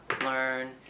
learn